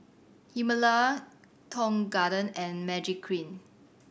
Himalaya Tong Garden and Magiclean